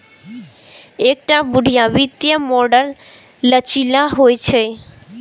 एकटा बढ़िया वित्तीय मॉडल लचीला होइ छै